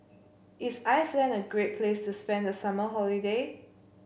is Iceland a great place to spend the summer holiday